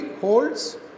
holds